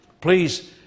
Please